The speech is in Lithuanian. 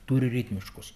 turi ritmiškus